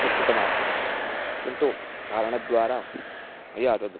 book कृतमासीत् किन्तु कारणद्वारा मया तद्